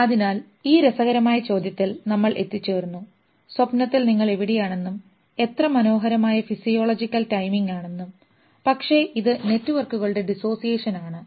അതിനാൽ ഈ രസകരമായ ചോദ്യത്തിൽ നമ്മൾ എത്തിച്ചേർന്നു സ്വപ്നത്തിൽ നിങ്ങൾ എവിടെയാണെന്നും എത്ര മനോഹരമായ ഫിസിയോളജിക്കൽ ടൈമിംഗ് ആണെന്നും പക്ഷേ ഇത് നെറ്റ്വർക്കുകളുടെ dissociation ആണ്